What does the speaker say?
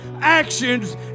actions